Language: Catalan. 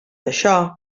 això